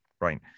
Right